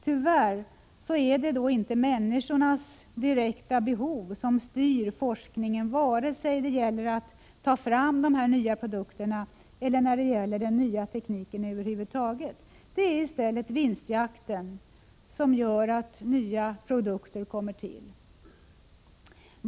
Tyvärr är det inte människors direkta behov som styr forskningen vare sig det gäller framtagande av nya produkter eller när det gäller den nya tekniken över huvud taget. Det är i stället vinstjakten som utlöser nya produkters tillkomst.